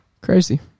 Crazy